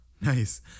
Nice